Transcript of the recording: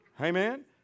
Amen